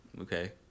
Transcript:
Okay